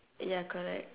ya correct